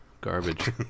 garbage